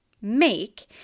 make